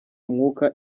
umwuka